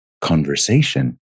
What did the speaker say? conversation